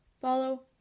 follow